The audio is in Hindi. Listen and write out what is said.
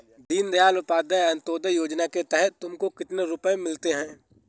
दीन दयाल उपाध्याय अंत्योदया योजना के तहत तुमको कितने रुपये मिलते हैं